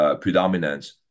predominance